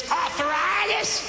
arthritis